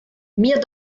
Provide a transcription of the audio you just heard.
mir